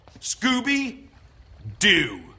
Scooby-Doo